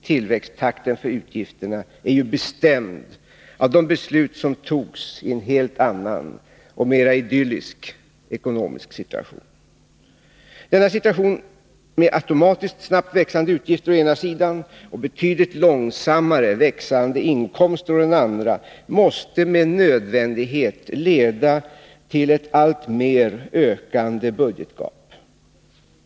Tillväxttakten för utgifterna är ju bestämd av de beslut som togs i en helt annan, mera idyllisk, ekonomisk situation. Den nuvarande situationen, med automatiskt snabbt växande utgifter å ena sidan och betydligt långsammare växande inkomster å den andra, måste med nödvändighet leda till ett alltmer ökande budgetgap.